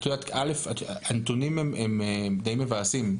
הנתונים הם די מבאסים.